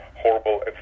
horrible